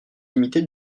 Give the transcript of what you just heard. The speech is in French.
limitée